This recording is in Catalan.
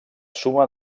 suma